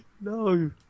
No